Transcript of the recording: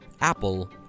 Apple